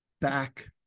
back